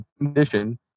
condition